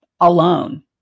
alone